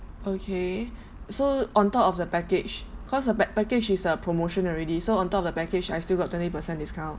okay so on top of the package cause the pack~ package is a promotion already so on top of the package I still got twenty percent discount